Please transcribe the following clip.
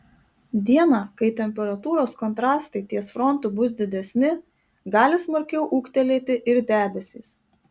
dieną kai temperatūros kontrastai ties frontu bus didesni gali smarkiau ūgtelėti ir debesys